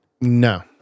No